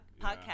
podcast